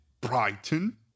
Brighton